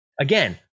Again